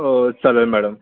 अं चालेल मॅडम